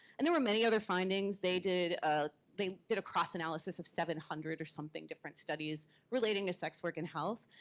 and there were many other findings, they did ah they did a cross-analysis of seven hundred or something different studies relating to sex work and health,